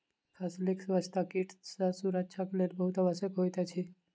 फसीलक स्वच्छता कीट सॅ सुरक्षाक लेल बहुत आवश्यक होइत अछि